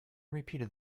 repeated